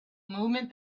movement